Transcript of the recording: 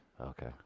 Okay